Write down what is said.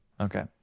Okay